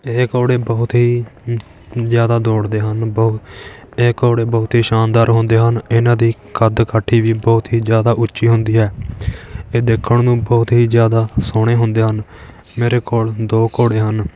ਇਹ ਘੋੜੇ ਬਹੁਤ ਹੀ ਜ਼ਿਆਦਾ ਦੌੜਦੇ ਹਨ ਬਹੁ ਇਹ ਘੋੜੇ ਬਹੁਤ ਹੀ ਸ਼ਾਨਦਾਰ ਹੁੰਦੇ ਹਨ ਇਹਨਾਂ ਦੀ ਕੱਦ ਕਾਠੀ ਵੀ ਬਹੁਤ ਹੀ ਜ਼ਿਆਦਾ ਉੱਚੀ ਹੁੰਦੀ ਹੈ ਇਹ ਦੇਖਣ ਨੂੰ ਬਹੁਤ ਹੀ ਜ਼ਿਆਦਾ ਸੋਹਣੇ ਹੁੰਦੇ ਹਨ ਮੇਰੇ ਕੋਲ ਦੋ ਘੋੜੇ ਹਨ